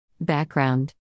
Background